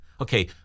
Okay